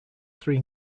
three